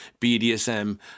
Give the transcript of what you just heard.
BDSM